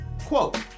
quote